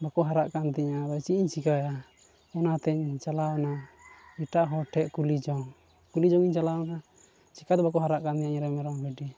ᱵᱟᱠᱚ ᱦᱟᱨᱟᱜ ᱠᱟᱱ ᱛᱤᱧᱟᱹ ᱟᱫᱚ ᱪᱮᱫ ᱤᱧ ᱪᱤᱠᱟᱹᱭᱟ ᱚᱱᱟᱛᱮᱧ ᱪᱟᱞᱟᱣᱮᱱᱟ ᱮᱴᱟᱜ ᱦᱚᱲ ᱴᱷᱮᱱ ᱠᱩᱞᱤ ᱡᱚᱝ ᱠᱩᱞᱤ ᱡᱚᱝ ᱤᱧ ᱪᱟᱞᱟᱣᱮᱱᱟ ᱪᱤᱠᱟᱹᱛᱮ ᱵᱟᱝᱠᱚ ᱦᱟᱨᱟᱜ ᱠᱟᱱ ᱛᱤᱧᱟᱹ ᱤᱧᱨᱮᱱ ᱢᱮᱨᱚᱢ ᱵᱷᱤᱰᱤ